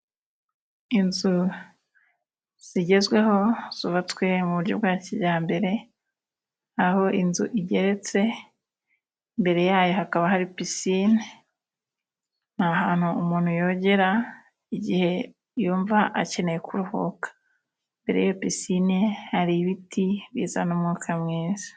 Inzu zigezweho zubatswe mu buryo bwa kijyambere, aho inzu igeretse, imbere yayo hakaba hari pisine, ni ahantu umuntu yogera igihe yumva akeneye kuruhuka. Imbere y'iyo pisine hari ibiti bizana umwuka mwiza.